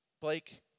Blake